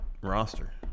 roster